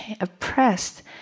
oppressed